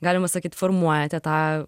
galima sakyt formuojate tą